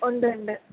ഉണ്ട് ഉണ്ട്